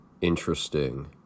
interesting